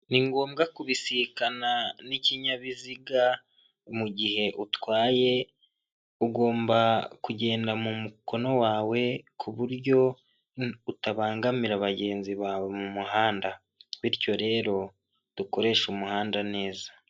Ni ngombwa kubisikana n'ikinyabiziga mu gihe utwaye ugomba kugenda mu mukono wawe ku buryo utabangamira bagenzi bawe mu muhanda, bityo rero dukoreshe umuhanda neza.